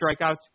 strikeouts